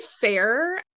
fair